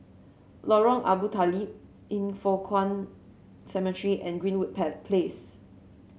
Lorong Abu Talib Yin Foh Kuan Cemetery and Greenwood Place